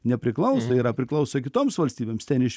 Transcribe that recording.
nepriklauso yra priklauso kitoms valstybėms ten iš